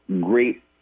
great